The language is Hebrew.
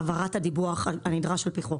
העברת הדיווח הנדרש על פי חוק.